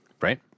Right